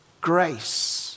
grace